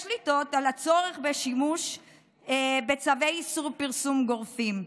יש לתהות על הצורך בשימוש בצווי איסור פרסום גורפים.